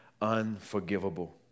unforgivable